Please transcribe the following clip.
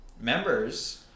members